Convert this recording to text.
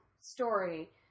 story